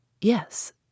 Yes